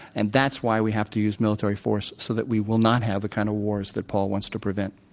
and that's why we have to use military force so that we will not have the kind of wars that paul wants to prevent.